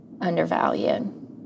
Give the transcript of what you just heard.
undervalued